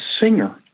singer